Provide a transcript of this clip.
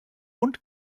und